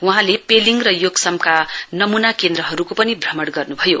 वहाँले पेलिङ योक्समका नमून मतदान केन्द्रहरूको पनि भ्रमण गर्नुभयो